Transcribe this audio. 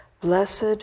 Blessed